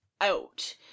out